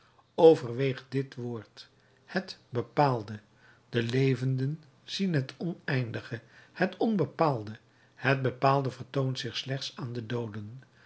overweeg dit woord het bepaalde de levenden zien het oneindige het onbepaalde het bepaalde vertoont zich slechts aan de dooden